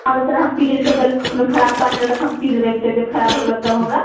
मानि कऽ चली हम पी लेलियै फेँटल ओहिमे खराप पानि रहलै हम पी लेलियै तबियत खराब हो गेलै तब हमरा